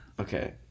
Okay